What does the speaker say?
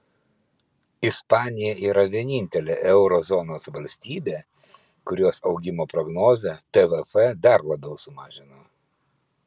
ispanija yra vienintelė euro zonos valstybė kurios augimo prognozę tvf dar labiau sumažino